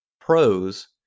pros